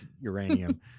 uranium